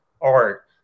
art